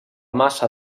massa